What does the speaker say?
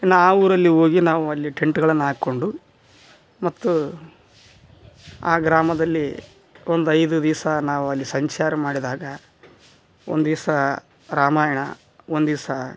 ಇನ್ನ ಆ ಊರಲ್ಲಿ ಹೋಗಿ ನಾವಲ್ಲಿ ಟೆಂಟ್ಗಳನ್ನ ಹಾಕ್ಕೊಂಡು ಮತ್ತು ಆ ಗ್ರಾಮದಲ್ಲಿ ಒಂದು ಐದು ದಿವಸ ನಾವಲ್ಲಿ ಸಂಚಾರ ಮಾಡಿದಾಗ ಒಂದಿವಸ ರಾಮಾಯಣ ಒಂದಿವಸ